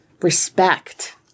respect